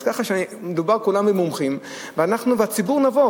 אז ככה מדובר, כולם מומחים, והציבור נבוך.